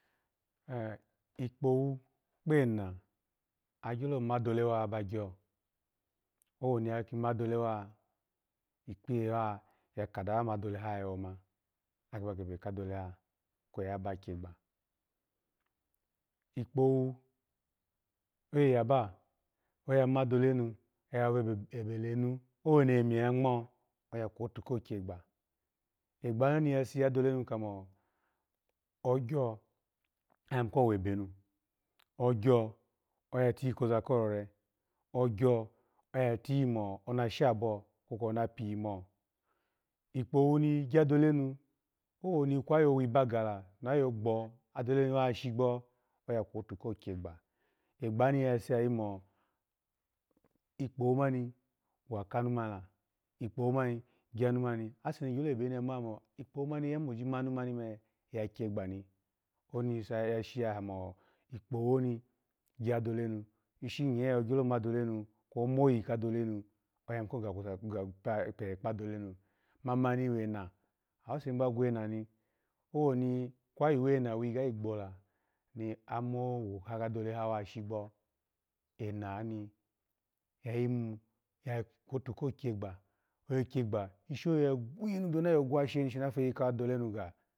En ikpowu kpe ena agyolo ma adole wa aba gyo owoni agyole ma adole wa ikpiye waya ka dawa ma adole woyoma akiba gebe ka adole ha kweyi aba kyegba ikpowu oye yaba oyama adole nu oya ebebe leni owoni emiye yangmo oya kwotu ko kyagba egba mu oni ya shiya adolenu ganio ogyo oya tiyi koza ko rore ogye oyatiyi mo ana shabo kokwo ona piyi mo ikpowu ni gya adole nu owe ni kwayo wi baga la ji ayo gbo adole mu wa shigbo oya kwotu ko kyegba egbani ya sayi mo ikpowu mani wa kano mani-la ikpowu mani gyano mani ase no gyolo yebe ni yama moji ma no mani yakyegba ni oni sayi yashiyaha mo ikpowu oni gya adole nu ishi nye ogyole ma adole nu kwo omoyi ka adole nu kwo omoyi kja adole nu oya yimu koga kusa koga pee kpanu mamani we ene awase ni ba gwe enani owoni kwa yuwe ena wi gayi gbola ni amowu ka adole ha wa shigbo enani ya yimu ya kwotu ko kyegba oya kyegba ishi oye oya gwinu byo ona yo ogwu sheni shini ona feyi ka adole nu ga